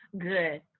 good